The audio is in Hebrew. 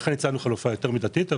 לכן הצענו חלופה יותר מידתית.